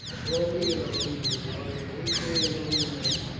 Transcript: clothing, and arms were divided equally among the men,